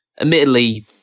admittedly